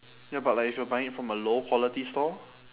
ya but like if you are buying it from a low quality store